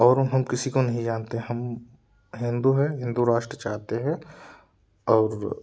और हम किसी को नहीं जानते हम हिंदू हैं हिंदू राष्ट्र चाहते हैं और